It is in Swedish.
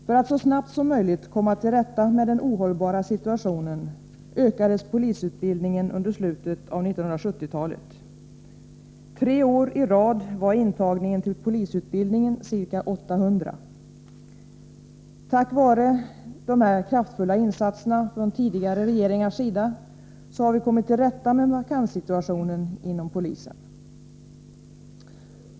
För att så snabbt som möjligt komma till rätta med den ohållbara situationen ökade man polisutbildningen under slutet av 1970-talet. Tre år i rad var intagningen till polisutbildningen ca 800. Tack vare dessa kraftfulla insatser från tidigare regeringars sida har vi kommit till rätta med vakanssituationen inom polisen.